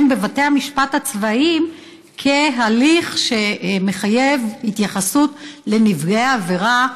בבתי המשפט הצבאיים כהליך שמחייב התייחסות לנפגעי העבירה,